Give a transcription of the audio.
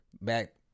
back